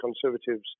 Conservatives